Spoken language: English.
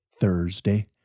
Thursday